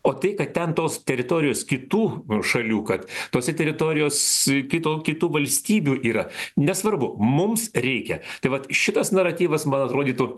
o tai kad ten tos teritorijos kitų šalių kad tose teritorijos su kitų kitų valstybių yra nesvarbu mums reikia tai vat šitas naratyvas man atrodytų